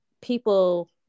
people